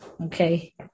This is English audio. okay